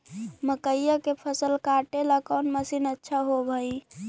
मकइया के फसल काटेला कौन मशीन अच्छा होव हई?